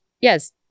yes